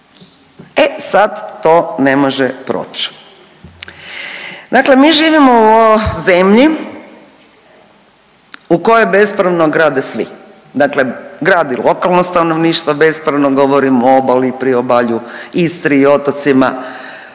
e sad to ne može proć. Dakle mi živimo u zemlji u kojoj bespravno grade svi, dakle gradi lokalno stanovništvo bespravno, govorimo o obali, priobalju, Istri i otocima,